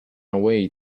away